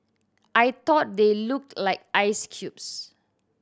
I thought they looked like ice cubes